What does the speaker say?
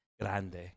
grande